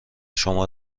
شما